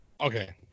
Okay